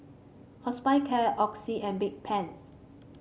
Hospicare Oxy and Bedpans